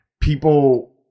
people